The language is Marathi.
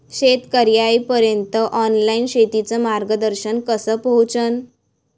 शेतकर्याइपर्यंत ऑनलाईन शेतीचं मार्गदर्शन कस पोहोचन?